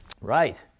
Right